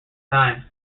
times